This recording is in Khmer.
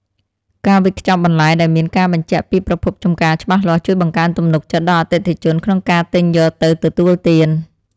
ការវេចខ្ចប់បន្លែដែលមានការបញ្ជាក់ពីប្រភពចម្ការច្បាស់លាស់ ជួយបង្កើនទំនុកចិត្តដល់អតិថិជនក្នុងការទិញយកទៅទទួលទាន។